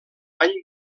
any